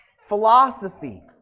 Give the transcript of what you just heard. Philosophy